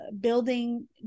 building